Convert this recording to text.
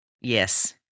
Yes